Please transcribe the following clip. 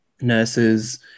nurses